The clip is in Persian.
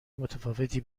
متفاوتی